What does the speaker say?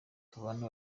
tubana